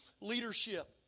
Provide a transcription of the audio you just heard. leadership